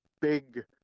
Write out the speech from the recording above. big